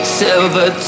silver